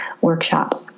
Workshop